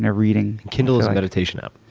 and reading. kindle is a meditation app.